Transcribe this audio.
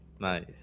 nice